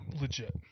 legit